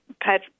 Pat